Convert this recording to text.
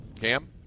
Cam